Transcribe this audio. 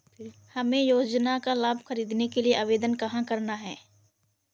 हमें योजना का लाभ ख़रीदने के लिए आवेदन कहाँ करना है?